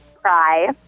cry